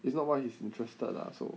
it's not what he's interested lah so